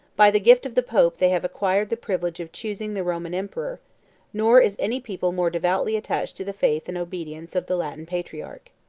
by the gift of the pope, they have acquired the privilege of choosing the roman emperor nor is any people more devoutly attached to the faith and obedience of the latin patriarch.